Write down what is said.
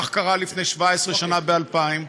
וכך קרה לפני 17 שנה, ב-2000,